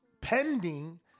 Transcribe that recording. pending